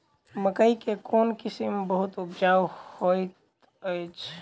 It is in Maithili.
मकई केँ कोण किसिम बहुत उपजाउ होए तऽ अछि?